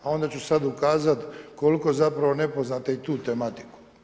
A onda ću sada ukazati koliko zapravo ne poznajete i tu tematiku.